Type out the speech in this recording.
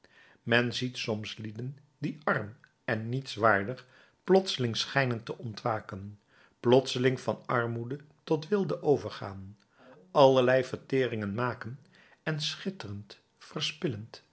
men ziet soms lieden die arm en nietswaardig plotseling schijnen te ontwaken plotseling van armoede tot weelde overgaan allerlei verteringen maken en schitterend verspillend